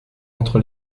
entre